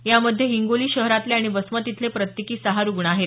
यामध्ये हिंगोली शहरातले आणि वसमत इथले प्रत्येकी सहा रुग्ण आहेत